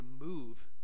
remove